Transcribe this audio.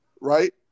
right